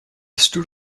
stood